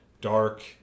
dark